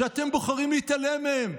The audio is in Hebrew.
שאתם בוחרים להתעלם מהם,